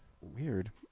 Weird